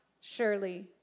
surely